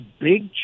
big